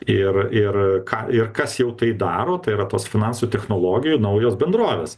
ir ir ką ir kas jau tai daro tai yra tos finansų technologijų naujos bendrovės